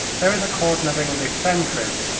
there is a cordon of english sentries,